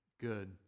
good